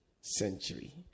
century